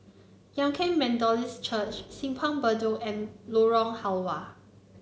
Kum Yan Methodist Church Simpang Bedok and Lorong Halwa